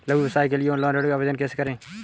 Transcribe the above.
लघु व्यवसाय के लिए ऑनलाइन ऋण आवेदन कैसे करें?